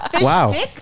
Wow